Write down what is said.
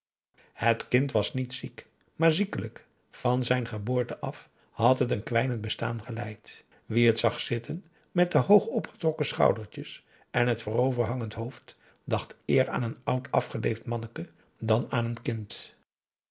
het kind was niet ziek maar ziekelijk van zijn geboorte af had het een kwijnend bestaan geleid wie het zag zitten met de hoog opgetrokken schoudertjes en het voorover hangend hoofd dacht eer aan een oud afgeleefd manneke dan aan een kind